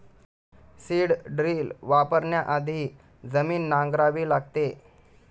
seed drill वापरण्याआधी जमीन नांगरावी लागते